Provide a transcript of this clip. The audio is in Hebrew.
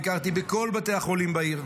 ביקרתי בכל בתי החולים בעיר,